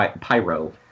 pyro